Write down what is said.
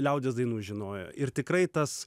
liaudies dainų žinojo ir tikrai tas